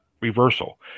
reversal